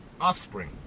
offspring